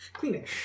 Cleanish